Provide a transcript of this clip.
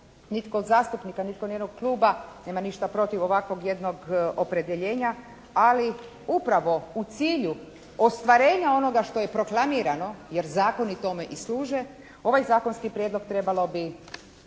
nitko od zastupnika, nitko od nijednog kluba nema ništa protiv ovakvog jednog opredjeljenja, ali upravo u cilju ostvarenja onoga što je proklamirano jer zakoni tome i služe, ovaj zakonski prijedlog trebao bi